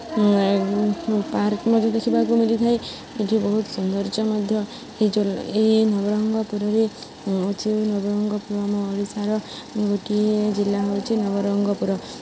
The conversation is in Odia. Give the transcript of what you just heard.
ପାର୍କ୍ ମଧ୍ୟ ଦେଖିବାକୁ ମିିଳିଥାଏ ଏଇଠି ବହୁତ ସୌନ୍ଦର୍ଯ୍ୟ ମଧ୍ୟ ଏହି ନବରଙ୍ଗପୁରରେ ଅଛି ନବରଙ୍ଗପୁର ଆମ ଓଡ଼ିଶାର ଗୋଟିଏ ଜିଲ୍ଲା ହେଉଛି ନବରଙ୍ଗପୁର